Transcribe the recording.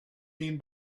mean